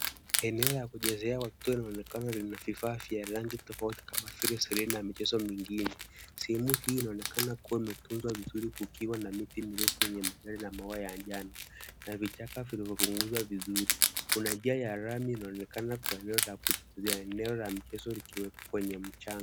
Eneo ya kuchezea watoto inaonekana ina vifaa vya rangi tofauti kama vile Serena na michezo mingine. Sehemu hii inaonekana kuwa wametunza vizuri kukiwa na miti mirefu yenye matawi na maua ya njano na vichaka vimepunguzwa vizuri. Kuna njia ya lami inaonekana kwa eneo la michezo kwenye mchanga.